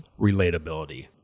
relatability